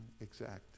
exact